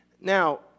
Now